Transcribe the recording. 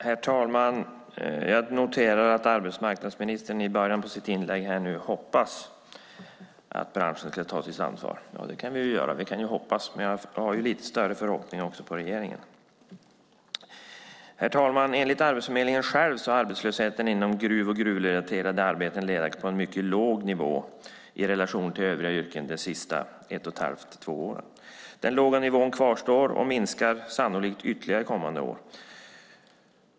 Herr talman! Jag noterar att arbetsmarknadsministern i början av sitt inlägg hoppades att branschen ska ta sitt ansvar. Ja, det kan vi göra. Vi kan hoppas, men jag har lite större förhoppningar på regeringen. Herr talman! Enligt Arbetsförmedlingen har arbetslösheten inom gruvnäringen och gruvrelaterade arbeten legat på en låg nivå i relation till övriga yrken de senaste ett och halvt till två åren. Den låga nivån kvarstår och minskar sannolikt ytterligare kommande år.